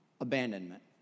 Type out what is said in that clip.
abandonment